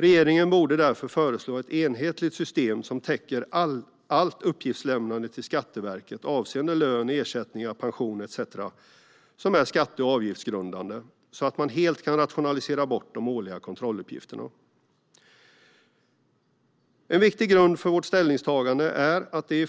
Regeringen borde därför föreslå ett enhetligt system som täcker allt uppgiftslämnande till Skatteverket avseende lön, ersättningar, pension etcetera som är skatte och avgiftsgrundande, så att man helt kan rationalisera bort de årliga kontrolluppgifterna. En viktig grund för vårt ställningstagande är att det